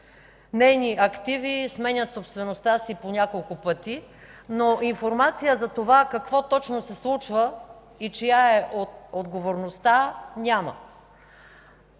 нейни активи сменят собствеността си по няколко пъти. Но информация за това какво точно се случва и чия е отговорността няма.